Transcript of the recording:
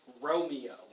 Romeo